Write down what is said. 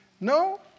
No